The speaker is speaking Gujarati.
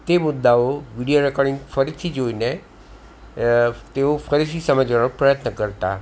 તે મુદ્દાઓ વિડીયો રેકોર્ડિંગ ફરીથી જોઈને તેઓ ફરીથી સમજવાનો પ્રયત્ન કરતા